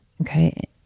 Okay